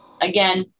again